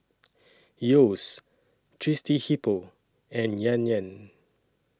Yeo's Thirsty Hippo and Yan Yan